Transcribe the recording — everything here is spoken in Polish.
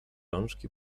rączki